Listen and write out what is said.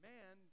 Man